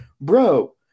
bro